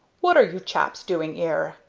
what are you chaps doing ere?